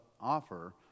offer